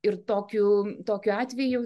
ir tokiu tokiu atveju